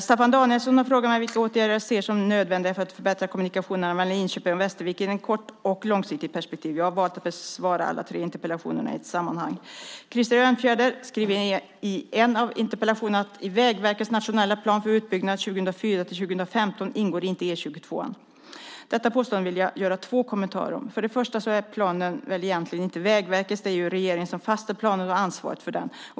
Staffan Danielsson har frågat mig vilka åtgärder jag ser som nödvändiga för att förbättra kommunikationerna mellan Linköping och Västervik i ett kort och långsiktigt perspektiv. Jag har valt att besvara alla tre interpellationerna i ett sammanhang. Krister Örnfjäder skriver i en av interpellationerna att i Vägverkets nationella plan för utbyggnad 2004-2015 ingår inte E 22:an. Detta påstående har jag två kommentarer till. För det första är väl planen egentligen inte Vägverkets. Det är ju regeringen som fastställt planen och har ansvaret för den.